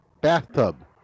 Bathtub